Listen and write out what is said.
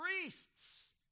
priests